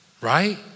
right